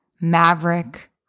maverick